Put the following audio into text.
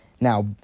Now